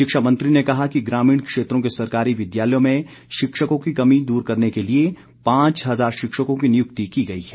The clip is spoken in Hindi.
शिक्षा मंत्री ने कहा कि ग्रामीण क्षेत्रों के सरकारी विद्यालयों में शिक्षकों की कमी दूर करने के लिए पांच हजार शिक्षकों की नियुक्ति की गई है